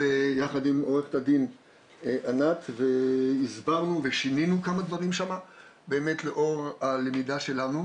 יחד עם עו"ד ענת והסברנו ושינינו כמה דברים שם באמת לאור הלמידה שלנו,